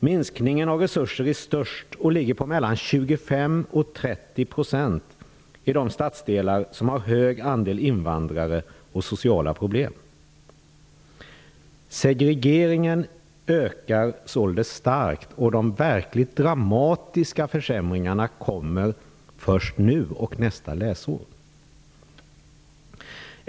Minskningen av resurser är störst och ligger på mellan 25 % och 30 % i de stadsdelar som har hög andel invandrare och sociala problem. Segregeringen ökar således starkt och de verkligt dramatiska försämringarna kommer först nu och nästa läsår.